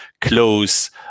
close